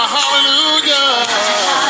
Hallelujah